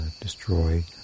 destroy